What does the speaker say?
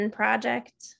project